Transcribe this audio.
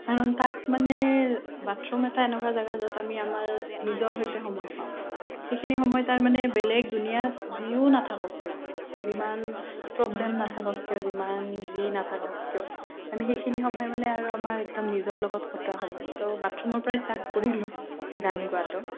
কাৰণ তাত মানে বাথৰূম এটা এনেকুৱা জেগা য'ত আমি আমাৰ নিজৰ সৈতে সময় পাওঁ সেইখিনি সময় তাৰমানে বেলেগ দুনিয়াত যিও নাথাকক কিয় যিমান প্ৰব্লেম নাথাকক কিয় যিমান যি নাথাকক কিয় আমি সেইখিনি সময় মানে আৰু আমাৰ একদম নিজৰ লগত কটোৱা সময় ত' বাথৰূমৰ পৰাই ষ্টাৰ্ট কৰিলোঁ গান গোৱাটো